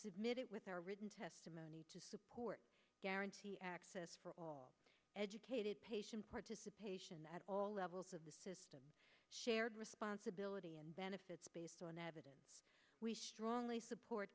with our written testimony to support guarantee access for all educated patient participation at all levels of the system shared responsibility and benefits based on evidence we strongly support